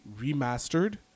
remastered